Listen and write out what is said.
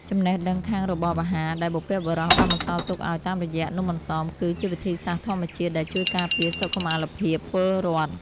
ចំណេះដឹងខាងរបបអាហារដែលបុព្វបុរសបានបន្សល់ទុកឱ្យតាមរយៈនំអន្សមគឺ ជាវិទ្យាសាស្ត្រធម្មជាតិដែលជួយការពារសុខុមាលភាពពលរដ្ឋ។